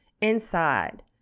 inside